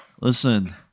Listen